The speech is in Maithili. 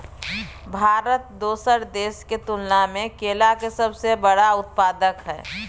भारत दोसर देश के तुलना में केला के सबसे बड़ उत्पादक हय